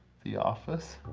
the office.